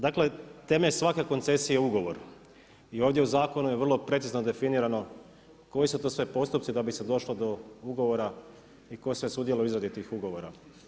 Dakle, tema svake koncesije je ugovor i ovdje u zakonu je vrlo precizno definirano, koji su to sve postupci da bi se došlo do ugovora i tko sve sudjeluje u izradi tih ugovora.